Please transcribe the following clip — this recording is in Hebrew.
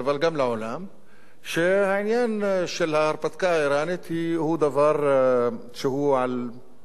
שהעניין של ההרפתקה האירנית הוא דבר שהוא בפתח הבית.